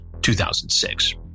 2006